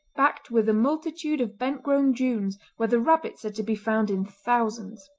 backed with a multitude of bent-grown dunes where the rabbits are to be found in thousands.